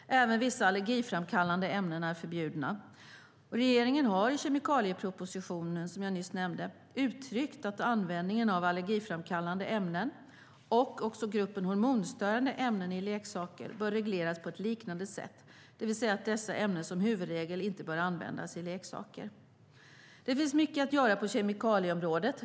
Även vissa allergiframkallande ämnen är förbjudna. Regeringen har i kemikaliepropositionen som jag nyss nämnde uttryckt att användningen av allergiframkallande ämnen och också gruppen hormonstörande ämnen i leksaker bör regleras på ett liknande sätt, det vill säga att dessa ämnen som huvudregel inte bör användas i leksaker. Det finns mycket att göra på kemikalieområdet.